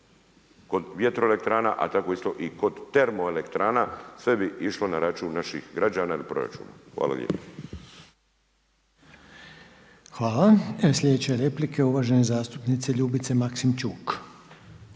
kod vjetroelektrana, a tako isto i kod termoelektrana sve bi išlo na računa naših građana ili proračuna. Hvala lijepo. **Reiner, Željko (HDZ)** Hvala. Sljedeća je replika uvažene zastupnice Ljubice Maksimčuk.